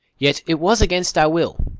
yet it was against our will.